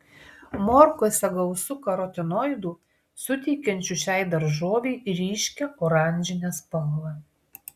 morkose gausu karotinoidų suteikiančių šiai daržovei ryškią oranžinę spalvą